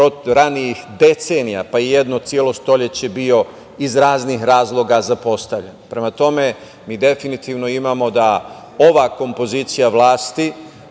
ranijih decenija, pa i jedno celo stoleće bio iz raznih razloga zapostavljen. Prema tome, mi definitivno imamo da ova kompozicija vlasti,